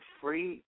free